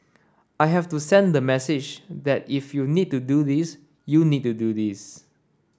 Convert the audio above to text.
I have to send the message that if you need to do this you need to do this